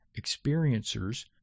Experiencers